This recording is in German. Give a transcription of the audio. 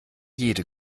jede